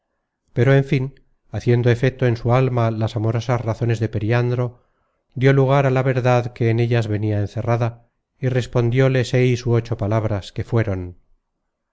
pero en fin haciendo efeto en su alma las amorosas razones de periandro dió lugar á la verdad que en ellas venia encerrada y respondióle seis ú ocho palabras que fueron